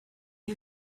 you